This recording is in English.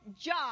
job